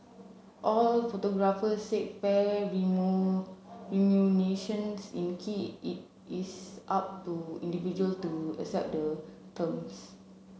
all photographers said fair in key it it's up to individual to accept the terms